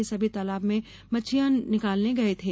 ये सभी तालाब में मछलियां निकालने गये थे